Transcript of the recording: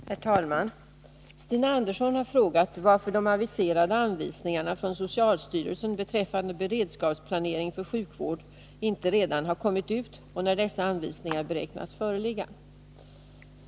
Herr talman! Stina Andersson har frågat varför de aviserade anvisningarna från socialstyrelsen beträffande beredskapsplanering för sjukvården inte redan har kommit ut och när dessa anvisningar beräknas föreligga.